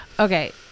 Okay